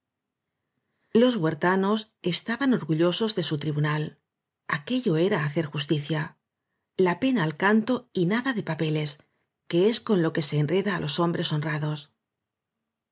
los huertanos estaban orgu llosos de su tribunal aquello era hacer justicia la pena al canto y nada de papeles que es con lo que se enreda á los hombres honrados